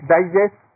Digest